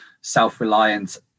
self-reliant